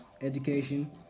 education